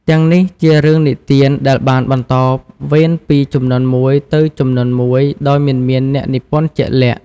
ទាំងនេះជារឿងនិទានដែលបាន បន្តវេនពីជំនាន់មួយទៅជំនាន់មួយ ដោយមិនមានអ្នកនិពន្ធជាក់លាក់ ។